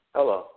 Hello